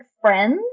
friends